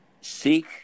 seek